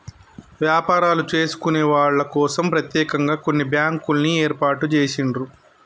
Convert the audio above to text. వ్యాపారాలు చేసుకునే వాళ్ళ కోసం ప్రత్యేకంగా కొన్ని బ్యాంకుల్ని ఏర్పాటు చేసిండ్రు